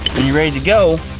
and you're ready to go.